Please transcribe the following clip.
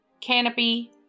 Canopy